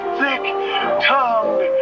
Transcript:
thick-tongued